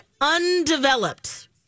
undeveloped